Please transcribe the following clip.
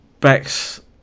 Bex